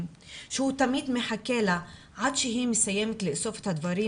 שהוא תמיד מחכה לה עד שהיא מסיימת לאסוף את הדברים,